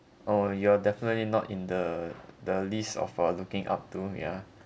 oh you're definitely not in the the list of uh looking up to ya